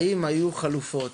האם היו חלופות.